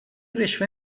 رشوه